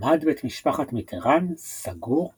עמד בית משפחת מיטראן סגור ושקט.